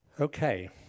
okay